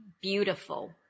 beautiful